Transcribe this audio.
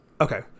Okay